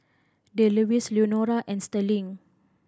Delois Leonora and Sterling